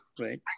right